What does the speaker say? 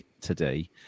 today